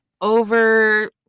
over